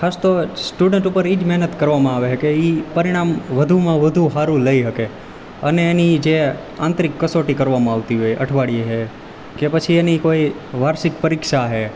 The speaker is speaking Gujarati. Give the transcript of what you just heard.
ખાસ તો સ્ટુડન્ટ ઉપર એજ મહેનત કરવામાં આવે છે કે એ પરિણામ વધુમાં વધુ હારું લઈ હકે અને એની જે આંતરિક કસોટી કરવામાં આવતી હોય અઠવાળીએ હે કે પછી એની કોય વાર્ષિક પરીક્ષા હે